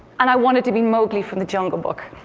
and i wanted to be mowgli from the jungle book.